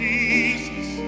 Jesus